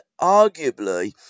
arguably